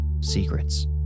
Secrets